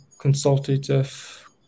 Consultative